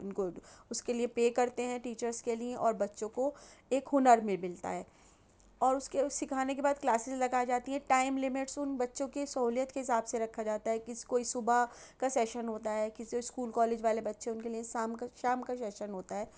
اُن کو اُس کے لیے پے کرتے ہیں ٹیچرس کے لیے اور بچوں کو ایک ہُنر بھی ملتا ہے اور اُس کے اُس سکھانے کے بعد کلاسیز لگائی جاتی ہیں ٹائم لمٹس اُن بچوں کے سہولیت کے حساب سے رکھا جاتا ہے کہ اِس کوئی صُبح کا شیسن ہوتا ہے کسی اسکول کالج والے بچوں اُن کے لیے شام کا شام کا شیسن ہوتا ہے